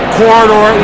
corridor